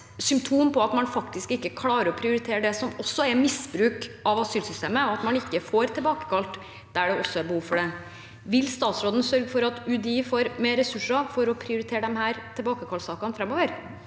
symptom på at man faktisk ikke klarer å prioritere det som også er misbruk av asylsystemet, og at man ikke får tilbakekalt der det er behov for det. Vil statsråden sørge for at UDI får mer ressurser til å prioritere disse tilbakekallssakene framover?